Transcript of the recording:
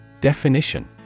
Definition